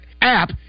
app